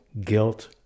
guilt